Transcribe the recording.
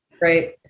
Right